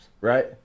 Right